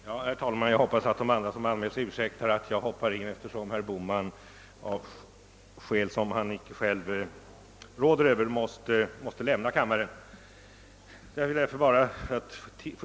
i Herr talman! Jag hoppas att de andra anmälda talarna ursäktar att jag tar till orda igen; jag gör det därför att herr Bohman av. skäl som han inte själv rå der över inom kort måste lämna kammarens överläggning.